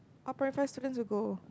our primary five students will go